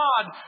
God